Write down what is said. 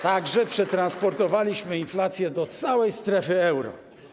Także przetransportowaliśmy inflację do całej strefy euro.